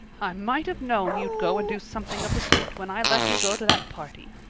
i might have known you'd go and do something of the sort when i let you go to that party,